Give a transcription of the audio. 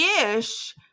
ish